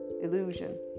illusion